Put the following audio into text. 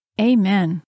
Amen